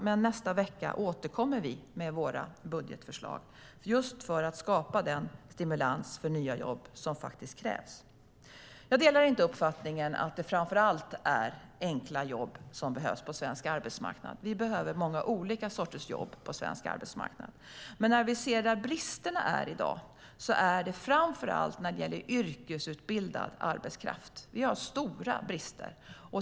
Men nästa vecka återkommer vi med våra budgetförslag, just för att skapa den stimulans för nya jobb som faktiskt krävs. Jag delar inte uppfattningen att det framför allt är enkla jobb som behövs på svensk arbetsmarknad. Vi behöver många olika sorters jobb på svensk arbetsmarknad. Vi ser i dag brister framför allt när det gäller yrkesutbildad arbetskraft. Vi har stora brister.